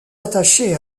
attachée